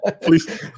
Please